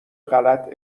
غلط